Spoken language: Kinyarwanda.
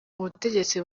ubutegetsi